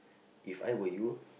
If I were you